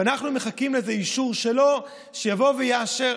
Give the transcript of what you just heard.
אנחנו מחכים לאיזה אישור שלו, שיבוא ויאשר.